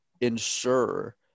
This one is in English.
ensure